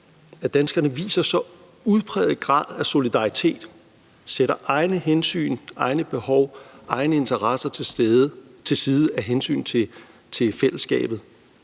at danskerne viser så udpræget grad af solidaritet og sætter egne hensyn, egne behov og egne interesser til side af hensyn til fællesskabet,